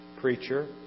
preacher